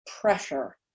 pressure